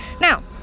Now